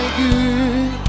good